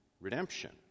redemption